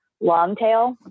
long-tail